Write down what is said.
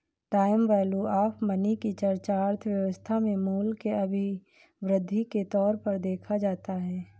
time value of money की चर्चा अर्थव्यवस्था में मूल्य के अभिवृद्धि के तौर पर देखा जाता है